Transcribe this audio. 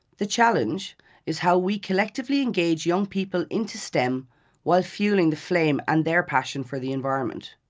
the challenge is how we collectively engage young people into stem while fuelling the flame and their passion for the environment.